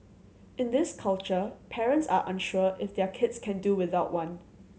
in this culture parents are unsure if their kids can do without one